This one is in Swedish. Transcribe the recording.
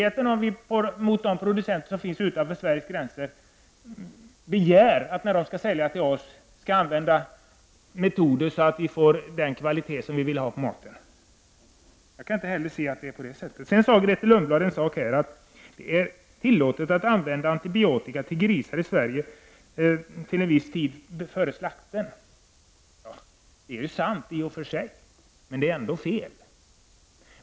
Att begära att de producenter som finns utanför Sveriges gränser skall använda metoder som uppfyller våra krav på kvalitet på maten när de skall sälja till oss är en inskränkning i näringsfriheten, sade Grethe Lundblad. Jag kan inte heller dela det synsättet. Grethe Lundblad talade också om att det är tillåtet att använda antibiotika till grisar i Sverige intill en viss tid före slakten. Det är i och för sig sant, men det är ändå fel.